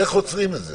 איך עוצרים את זה?